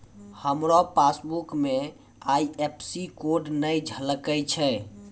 हमरो पासबुक मे IFSC code नै झलकै छै